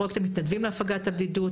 פרויקט המתנדבים להפגת הבדידות,